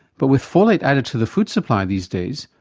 but with folate added to the food supply these days,